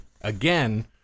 again